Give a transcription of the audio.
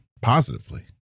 positively